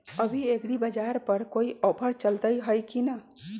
अभी एग्रीबाजार पर कोई ऑफर चलतई हई की न?